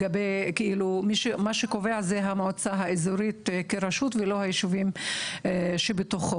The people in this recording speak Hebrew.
מה שקובע היא המועצה האזורית כרשות ולא הישובים שבתוכו.